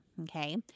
Okay